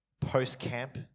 post-camp